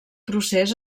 procés